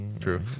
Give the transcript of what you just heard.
True